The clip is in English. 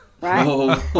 right